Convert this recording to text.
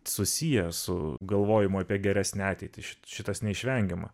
susiję su galvojimu apie geresnę ateitį šitas neišvengiama